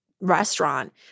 restaurant